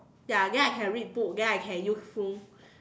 ya then I can read books then I can use phone